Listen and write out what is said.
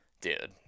dude